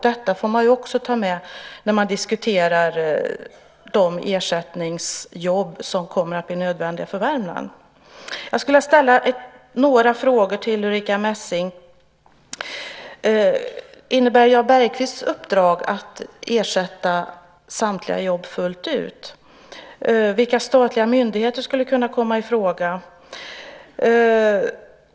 Detta får man också ta med när man diskuterar de ersättningsjobb som kommer att bli nödvändiga för Värmland. Jag skulle vilja ställa några frågor till Ulrica Messing: Innebär Jan Bergqvists uppdrag att ersätta samtliga jobb fullt ut? Vilka statliga myndigheter skulle kunna komma i fråga?